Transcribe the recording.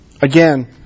Again